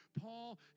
Paul